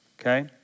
Okay